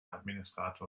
administrator